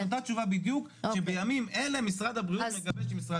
נתת תשובה בדיוק שבימים אלה משרד הבריאות מגבש עם משרד